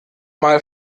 mal